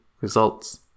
results